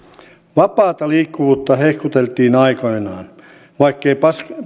vapaata liikkuvuutta hehkuteltiin aikoinaan vaikkei